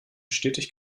stetig